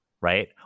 right